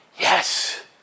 Yes